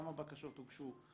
כמה בקשות הוגשו,